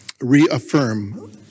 reaffirm